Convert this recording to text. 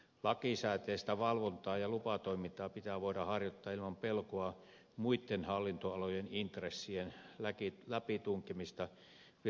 lakisääteistä valvontaa ja lupatoimintaa pitää voida harjoittaa ilman pelkoa muitten hallinnonalojen intressien läpitunkemisesta viranomaistyöhön